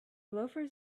loafers